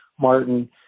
Martin